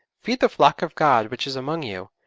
feed the flock of god which is among you.